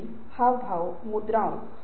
यह एक बदलाव है जो हुआ है